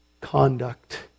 conduct